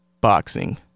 boxing